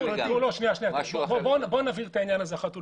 בואו נבהיר את העניין הזה אחת ולתמיד,